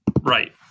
Right